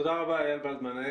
תודה רבה, איל ולדמן.